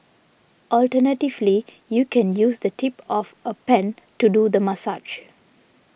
alternatively you can use the tip of a pen to do the massage